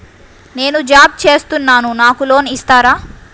నేను జాబ్ చేస్తున్నాను నాకు లోన్ ఇస్తారా?